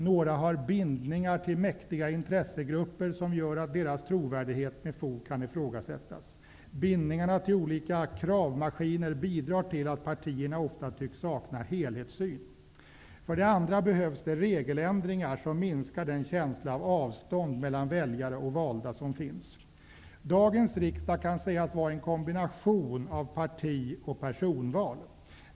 Några har bindningar till mäktiga intressegrupper som gör att deras trovärdighet med fog kan ifrågasättas. Bindningarna till olika kravmaskiner bidrar till att partierna ofta tycks sakna helhetssyn. För det andra behövs det regeländringar som minskar den känsla av avstånd mellan väljare och valda som finns. Dagens riksdag kan sägas vara en kombination av parti och personval.